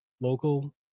local